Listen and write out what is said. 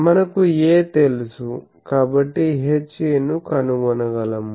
మనకు A తెలుసు కాబట్టి HA ను కనుగొనగలము